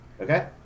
Okay